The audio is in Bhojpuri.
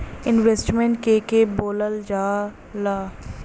इन्वेस्टमेंट के के बोलल जा ला?